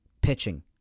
Pitching